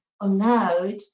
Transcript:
allowed